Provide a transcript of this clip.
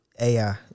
AI